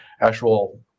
actual